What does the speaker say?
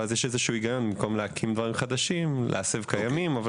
יש היגיון שבמקום להקים דברים חדשים יסבו את